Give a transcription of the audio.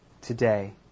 today